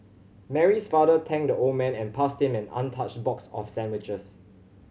Mary's father thanked the old man and passed him an untouched box of sandwiches